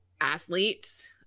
athletes